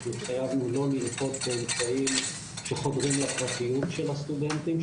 התחייבנו לא לנקוט באמצעים שחדרים לפרטיות של הסטודנטים,